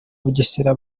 bugesera